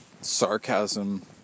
sarcasm